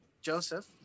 Joseph